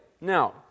Now